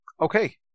Okay